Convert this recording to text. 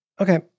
Okay